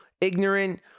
ignorant